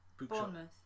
Bournemouth